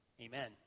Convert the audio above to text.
amen